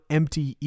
empty